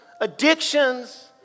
addictions